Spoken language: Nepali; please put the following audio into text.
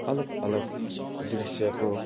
अलग अलग दृश्यको